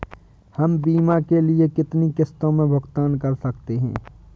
हम बीमा के लिए कितनी किश्तों में भुगतान कर सकते हैं?